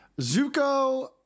Zuko